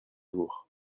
jours